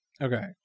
Okay